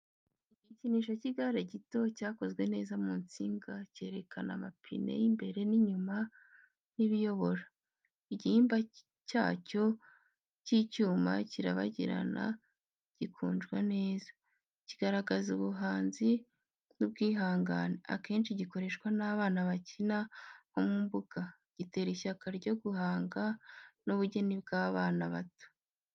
Igikinisho cy’igare gito, cyakozwe neza mu nsinga, cyerekana amapine y’imbere n’inyuma n’ibiyobora. Igihimba cyacyo cy'icyuma kirabagirana gikunjwa neza, kigaragaza ubuhanzi n’ubwihangane. Akenshi gikoreshwa n'abana bakina nko mu mbuga gitera ishyaka ryo guhanga n’ubugeni bw'abana bato.